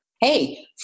hey